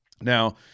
now